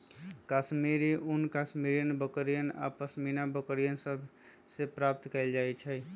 कश्मीरी ऊन कश्मीरी बकरि आऽ पशमीना बकरि सभ से प्राप्त कएल जाइ छइ